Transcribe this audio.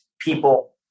people